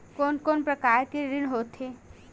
कोन कोन प्रकार के ऋण होथे?